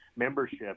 Membership